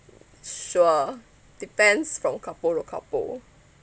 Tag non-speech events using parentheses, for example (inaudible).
(noise) sure depends from couple to couple